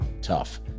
tough